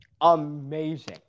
amazing